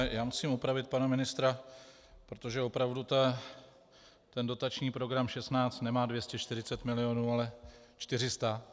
Já musím opravit pana ministra, protože opravdu ten dotační program 16 nemá 240 milionů, ale 400.